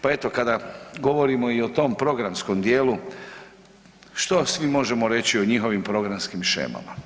Pa eto kada govorimo i o tom programskom djelu, što svi možemo reći o njihovim programskim shemama.